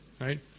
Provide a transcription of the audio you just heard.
right